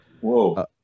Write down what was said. Whoa